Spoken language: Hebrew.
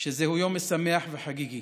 שזהו יום משמח וחגיגי.